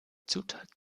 zutat